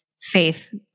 faith